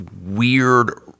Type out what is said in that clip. weird